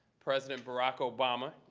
president barack obama.